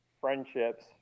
friendships